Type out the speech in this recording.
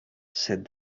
said